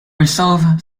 resolve